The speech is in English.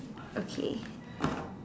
okay